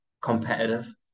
competitive